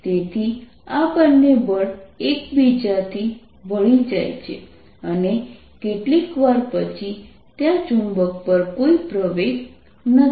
તેથી આ બંને બળ એકબીજાથી ભળી જાય છે અને કેટલીકવાર પછી ત્યાં ચુંબક પર કોઈ પ્રવેગ નથી